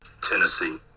Tennessee